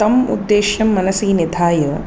तम् उद्देश्यं मनसि निधाय